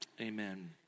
amen